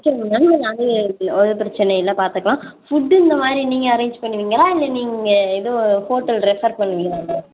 பிரச்சனை இல்லை மேம் நாங்களே ஒன்றும் பிரச்சனை இல்லை பார்த்துக்கலாம் ஃபுட்டு இந்த மாதிரி நீங்கள் அரேஞ்ச் பண்ணுவிங்களா இல்லை நீங்கள் எதுவும் ஹோட்டல் ரெஃபர் பண்ணுவிங்களா மேம்